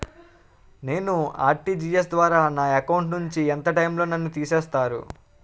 నేను ఆ.ర్టి.జి.ఎస్ ద్వారా నా అకౌంట్ నుంచి ఎంత టైం లో నన్ను తిసేస్తారు?